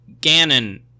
Ganon